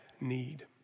need